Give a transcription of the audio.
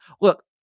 look